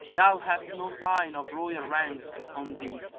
thou hast no sign of royal rank on thee,